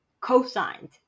co-signed